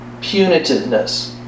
punitiveness